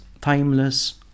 timeless